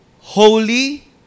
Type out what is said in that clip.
holy